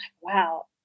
wow